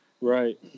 Right